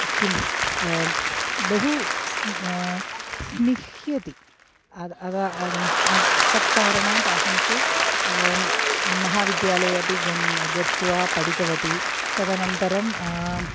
किं बहु स्न स्निह्यति अतः अतः तत्कारणात् अहं तु महाविद्यालये अपि गन्तुं गत्वा पठितवती तदनन्तरं